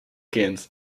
kind